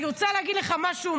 אני רוצה להגיד לך משהו,